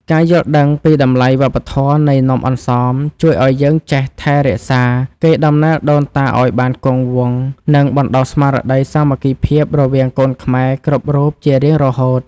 ការយល់ដឹងពីតម្លៃវប្បធម៌នៃនំអន្សមជួយឱ្យយើងចេះថែរក្សាកេរដំណែលដូនតាឱ្យបានគង់វង្ស និង បណ្តុះស្មារតីសាមគ្គីភាពរវាងកូនខ្មែរគ្រប់រូបជារៀងរហូត។